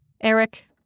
Eric